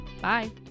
Bye